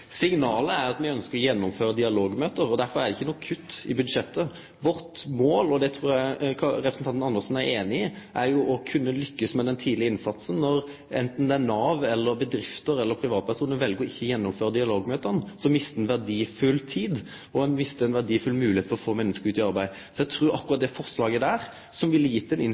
Signalet er at me ønskjer å gjennomføre dialogmøte, og derfor er det ikkje nokre kutt i budsjettet. Vårt mål – og det trur eg Karin Andersen er einig i – er jo å kunne lykkast med den tidlege innsatsen. Når anten Nav, bedrifter eller privatpersonar vel ikkje å gjennomføre dialogmøta, mistar ein verdifull tid, og ein mistar ei verdifull moglegheit til å få menneske ut i arbeid. Så eg trur at akkurat dette forslaget ville gitt